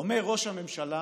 אומר ראש הממשלה